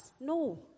No